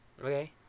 Okay